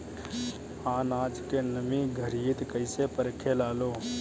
आनाज के नमी घरयीत कैसे परखे लालो?